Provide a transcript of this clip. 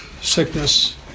sickness